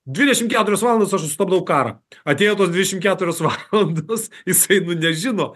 dvidešim keturias valandas aš sustabdau karą atėjo tos dvidešim keturios valandos jisai nu nežino